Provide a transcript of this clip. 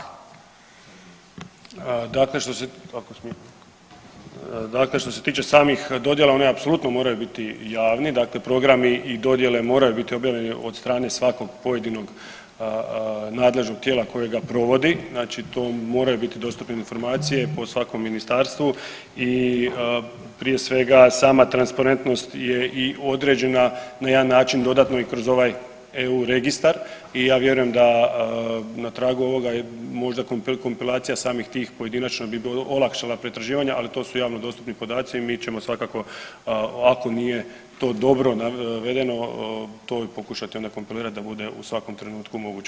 Dakle, što se, ako smijem, dakle što se tiče samih dodjela one apsolutno moraju biti javni, dakle programi i dodjele moraju biti objavljene od strane svakog pojedinog nadležnog tijela koje ga provodi, znači to moraju biti dostupne informacije po svakom ministarstvu i prije svega sama transparentnost je i određena na jedan način dodatno i kroz ovaj EU registar i ja vjerujem da na tragu ovoga je možda … [[Govornik se ne razumije]] kompilacija samih tih pojedinačno bi olakšala pretraživanje, ali to su javno dostupni podaci i mi ćemo svakako ako nije to dobro navedeno to i pokušati onda kompilirat da bude u svakom trenutku moguće.